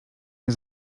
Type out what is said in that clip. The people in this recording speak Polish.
nie